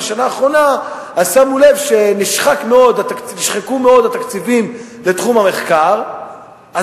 בשנה האחרונה שמו לב שהתקציבים בתחום המחקר נשחקו מאוד,